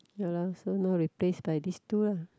ya lah so now replace by this two lah